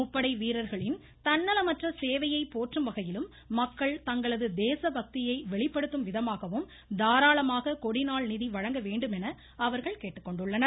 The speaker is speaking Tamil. முப்படை வீரர்களின் தன்னலமற்ற சேவையைப் போற்றும்வகையிலும் மக்கள் தங்களது தேச பக்தியை வெளிப்படுத்தும்விதமாகவும் தாராளமாக கொடிநாள் நிதி வழங்கவேண்டுமென அவர்கள் கேட்டுக்கொண்டுள்ளனர்